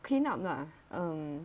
clean up lah um